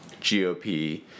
GOP